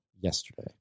yesterday